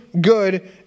good